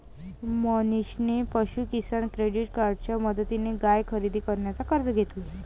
मनीषने पशु किसान क्रेडिट कार्डच्या मदतीने गाय खरेदी करण्यासाठी कर्ज घेतले